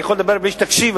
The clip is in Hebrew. אני יכול לדבר בלי שתקשיב,